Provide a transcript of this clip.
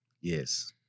Yes